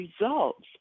results